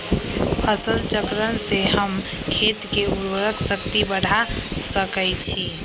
फसल चक्रण से हम खेत के उर्वरक शक्ति बढ़ा सकैछि?